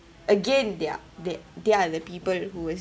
again they're they they are the people who was